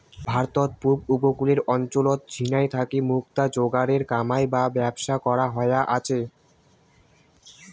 ভারতত পুব উপকূলের অঞ্চলত ঝিনাই থাকি মুক্তা যোগারের কামাই বা ব্যবসা করা হয়া আচে